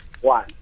one